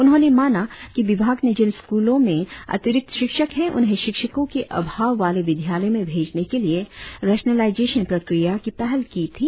उन्होंने माना कि विभाग ने जिन स्कूल में अतिरिक्त शिक्षक है उन्हें शिक्षकों के अभाव वाले विद्यालयों में भेजने के लिए रेशनेलाईजेशन प्रक्रिया की पहल की गयी थी